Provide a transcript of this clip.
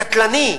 הקטלני,